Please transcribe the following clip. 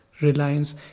Reliance